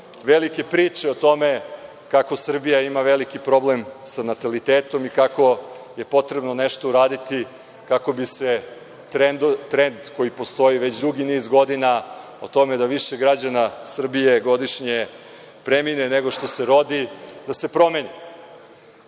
velike priče o tome kako Srbija ima veliki problem sa natalitetom i kako je potrebno nešto uraditi kako bi se trend koji postoji već dugi niz godina, o tome da više građana Srbije godišnje premine, nego što se rodi, da se promeni. Realnost